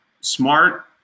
smart